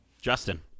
Justin